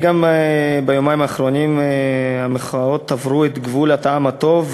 ביומיים האחרונים המחאות עברו את גבול הטעם הטוב,